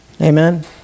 Amen